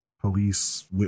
police